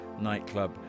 Nightclub